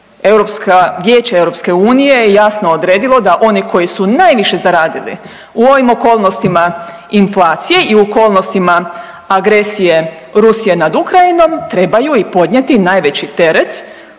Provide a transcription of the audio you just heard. Vijeće EU je jasno odredilo da oni koji su najviše zaradili u ovim okolnostima inflacije i u okolnostima agresije Rusije nad Ukrajinom trebaju i podnijeti najveći teret